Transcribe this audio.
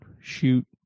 Shoot